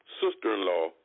sister-in-law